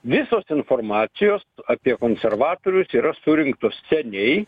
visos informacijos apie konservatorius yra surinktos seniai